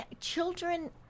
children